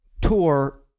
tour